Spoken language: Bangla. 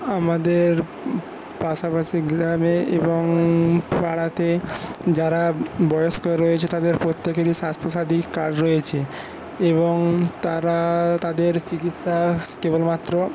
আমাদের পাশাপাশি গ্রামে এবং পাড়াতে যারা বয়স্ক রয়েছে তাদের প্রত্যেকেরই স্বাস্থ্যসাথী কার্ড রয়েছে এবং তারা তাদের চিকিৎসা কেবলমাত্র